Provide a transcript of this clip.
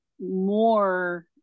more